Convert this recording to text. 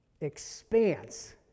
expanse